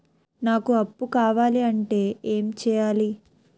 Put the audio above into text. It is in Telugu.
నాకు అప్పు కావాలి అంటే ఎం చేయాలి?